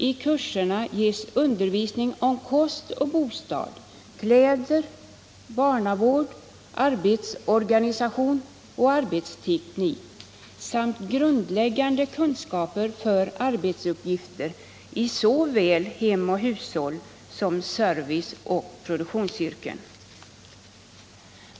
I kurserna ges undervisning om kost och bostad, kläder, barnavård, arbetsorganisation och arbetsteknik samt grundläggande kunskaper för arbetsuppgifter i såväl hem och hushåll som serviceoch produktionsyrken.